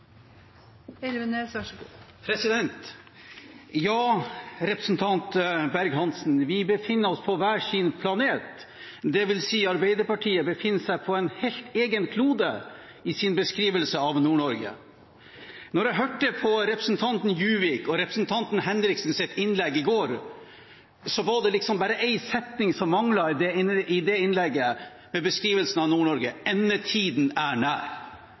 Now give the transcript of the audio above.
vi befinner oss på hver vår planet, dvs. Arbeiderpartiet befinner seg på en helt egen klode i sin beskrivelse av Nord-Norge. Da jeg hørte på representantene Juviks og Henriksens innlegg i går, var det liksom bare én setning som manglet i innleggene når det gjaldt beskrivelsen av Nord-Norge: Endetiden er nær.